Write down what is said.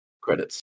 credits